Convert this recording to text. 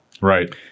Right